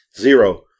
Zero